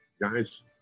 Guys